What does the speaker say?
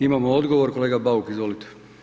Imamo odgovor, kolega Bauk izvolite.